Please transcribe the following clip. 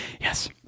Yes